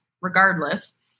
regardless